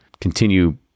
continue